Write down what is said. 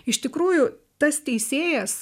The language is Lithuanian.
iš tikrųjų tas teisėjas